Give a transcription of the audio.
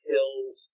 Hills